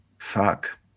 Fuck